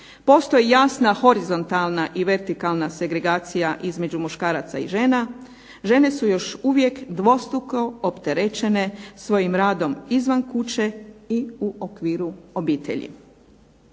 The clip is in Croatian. postoji jasna horizontalna i vertikalna segregacija između muškaraca i žena. Žene su još uvijek dvostruko opterećene svojim radom izvan kuće i u okviru obitelji.